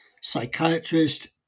psychiatrist